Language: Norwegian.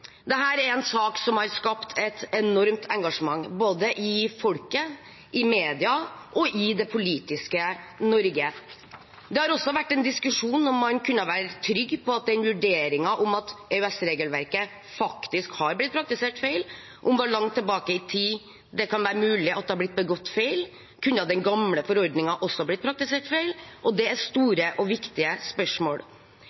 er en sak som har skapt et enormt engasjement, både i folket, i media og i det politiske Norge. Det har også vært en diskusjon om hvorvidt man kunne være trygg på den vurderingen om at EØS-regelverket faktisk har blitt praktisert feil, om hvor langt tilbake i tid det kan være mulig at det har blitt begått feil, og om den gamle forordningen også kunne ha blitt praktisert feil. Det er